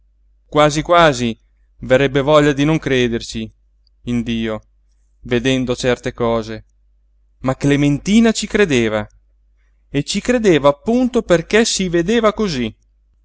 quasi quasi verrebbe voglia di non crederci in dio vedendo certe cose ma clementina ci credeva e ci credeva appunto perché si vedeva cosí